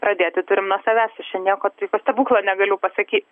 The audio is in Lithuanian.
pradėti turim nuo savęs aš čia nieko stebuklo negaliu pasakyt